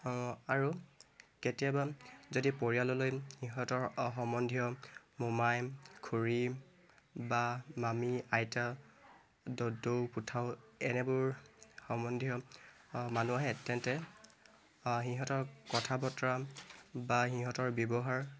আৰু কেতিয়াবা যদি পৰিয়াললৈ সিহঁতৰ সম্বন্ধীয় মোমাই খুৰী বা মামী আইতা দদৌ পুথৌ এনেবোৰ সম্বন্ধীয় মানুহ আহে তেন্তে সিহঁতৰ কথা বতৰা বা সিহঁতৰ ব্যৱহাৰ